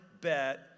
bet